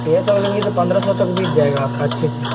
तेरह सौ में लेंगी तो पन्द्रह सौ तक बिक जाएगा आपका अच्छे से